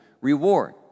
reward